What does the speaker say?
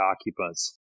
occupants